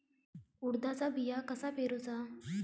उडदाचा बिया कसा पेरूचा?